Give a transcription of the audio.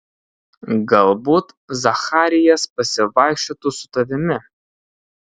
galbūt zacharijas pasivaikščiotų su tavimi